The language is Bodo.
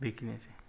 बेखिनियानसै